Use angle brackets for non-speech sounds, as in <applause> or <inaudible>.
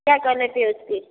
क्या <unintelligible> उसकी